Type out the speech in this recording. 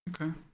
Okay